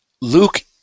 Luke